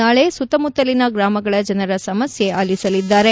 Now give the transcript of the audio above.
ನಾಳೆ ಸುತ್ತಮುತ್ತಲಿನ ಗ್ರಾಮಗಳ ಜನರ ಸಮಸ್ಯೆ ಆಲಿಸಲಿದ್ದಾರೆ